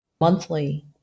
monthly